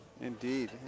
Indeed